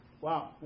Wow